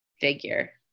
figure